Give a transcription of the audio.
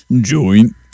Join